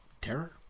terror